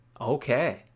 Okay